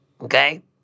Okay